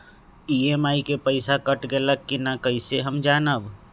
EMI के पईसा cut गेलक कि ना कइसे हम जानब?